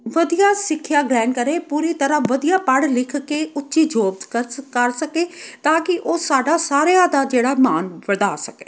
ਵਧੀਆ ਸਿੱਖਿਆ ਗ੍ਰਹਿਣ ਕਰੇ ਪੂਰੀ ਤਰ੍ਹਾਂ ਵਧੀਆ ਪੜ੍ਹ ਲਿਖ ਕੇ ਉੱਚੀ ਜੋਬਸ ਕਰ ਸ ਕਰ ਸਕੇ ਤਾਂ ਕਿ ਉਹ ਸਾਡਾ ਸਾਰਿਆਂ ਦਾ ਜਿਹੜਾ ਮਾਣ ਵਧਾ ਸਕੇ